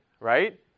right